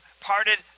parted